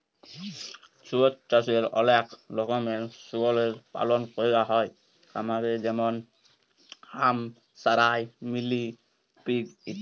শুয়র চাষে অলেক রকমের শুয়রের পালল ক্যরা হ্যয় খামারে যেমল হ্যাম্পশায়ার, মিলি পিগ ইত্যাদি